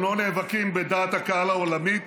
הם לא נאבקים בדעת הקהל העולמית